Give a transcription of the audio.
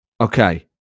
Okay